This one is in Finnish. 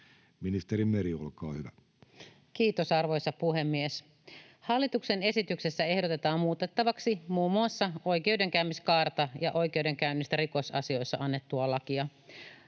Ministeri Meri, olkaa hyvä. Kiitos, arvoisa puhemies! Hallituksen esityksessä ehdotetaan muutettavaksi muun muassa oikeudenkäymiskaarta ja oikeudenkäynnistä rikosasioissa annettua lakia.